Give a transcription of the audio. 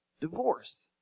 divorce